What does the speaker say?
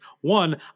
One